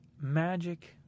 magic